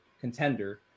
contender